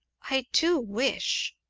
i do wish,